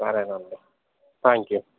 సరేనండి thank you